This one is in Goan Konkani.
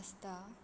आसता